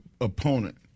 opponent